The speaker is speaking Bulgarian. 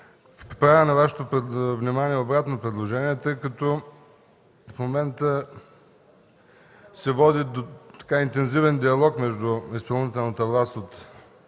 правя на Вашето внимание обратно предложение, тъй като в момента се води интензивен диалог между изпълнителната власт в